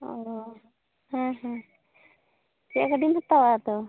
ᱚᱻ ᱦᱮᱸ ᱦᱮᱸ ᱪᱮᱫ ᱜᱟᱹᱰᱤᱢ ᱦᱟᱛᱟᱣᱟ ᱟᱫᱚ